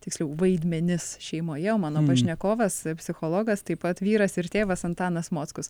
tiksliau vaidmenis šeimoje o mano pašnekovas psichologas taip pat vyras ir tėvas antanas mockus